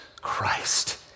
Christ